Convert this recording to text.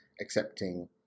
accepting